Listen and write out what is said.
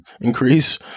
increase